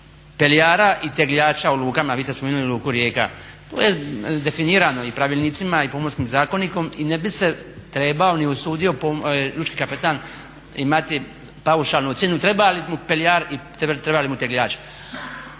peljara i tegljača u lukama, vi ste spomenuli Luku Rijeka to je definirano i pravilnicima i Pomorskim zakonikom i ne bi se trebao ni usudio lučki kapetan imati paušalnu cijenu, treba li mu peljar i treba li mu tegljač.